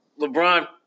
LeBron